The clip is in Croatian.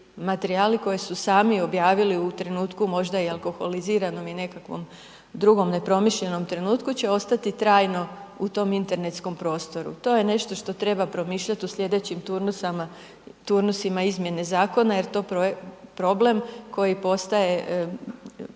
materijali koje su sami objavili u trenutku možda i alkoholiziranom i nekakvog drugom nepromišljenom trenutku će ostati trajno u tom internetskom prostoru. To je nešto što treba promišljati u sljedećim turnusima izmjene zakona jer to je problem koji postaje